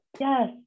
Yes